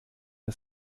der